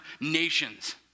nations